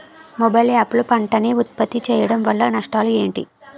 Mobile app లో పంట నే ఉప్పత్తి చేయడం వల్ల నష్టాలు ఏంటి?